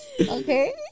Okay